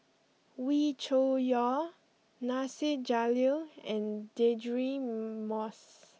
Wee Cho Yaw Nasir Jalil and Deirdre Moss